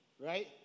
right